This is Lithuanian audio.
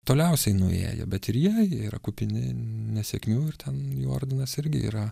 toliausiai nuėję bet ir jie yra kupini nesėkmių ir ten jų ordinas irgi yra